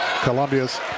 Columbia's